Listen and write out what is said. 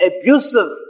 abusive